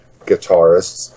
guitarists